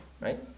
right